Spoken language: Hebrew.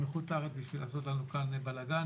מחוץ לארץ בשביל לעשות לנו כאן בלגן,